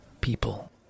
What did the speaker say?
people